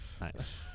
Nice